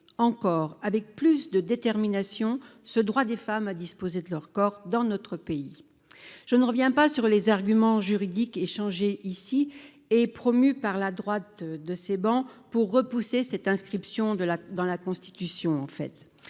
encore avec plus de détermination, ce droit des femmes à disposer de leur corps dans notre pays, je ne reviens pas sur les arguments juridiques échangés ici est promu par la droite de ces bancs pour repousser cette inscription de la dans la Constitution,